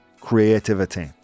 creativity